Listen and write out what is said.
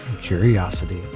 curiosity